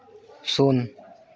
ᱥᱩᱱ